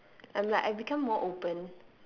I'm like I become more open